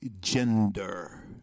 gender